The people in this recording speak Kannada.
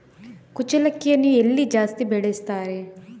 ಕುಚ್ಚಲಕ್ಕಿಯನ್ನು ಎಲ್ಲಿ ಜಾಸ್ತಿ ಬೆಳೆಸ್ತಾರೆ?